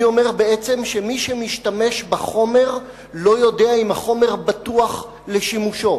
אני אומר בעצם שמי שמשתמש בחומר לא יודע אם החומר בטוח לשימושו,